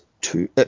Two